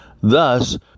Thus